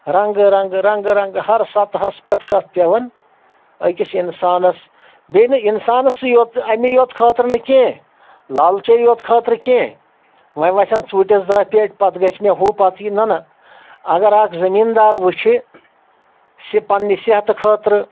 رنٛگہٕ رنٛگہٕ رنٛگہٕ رنٛگہٕ ہر سَتحَس پؠٹھ چھُ اَتھ پؠوان أکِس اِنسانَس بیٚیہِ نہٕ اِنسانَسی یوٚت اَمی یوٚت خٲطرٕ نہٕ کینٛہہ لالچےٚ یوٚت خٲطرٕ کینٛہہ وۄنۍ وسؠن ژوٗنٛٹِس داہ پیٹہِ پتہٕ گژھِ مےٚ ہُہ پتہٕ یہِ نہَ نہَ اگر اکھ زٔمیٖندار وٕچھِ سِہ پننہِ صحتہٕ خٲطرٕ